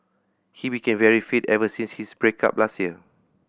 he became very fit ever since his break up last year